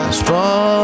strong